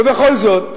ובכל זאת,